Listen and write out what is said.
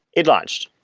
it launched.